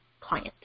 client